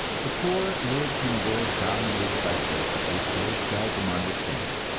the poor live in a world dominated by forces which they seldom understand,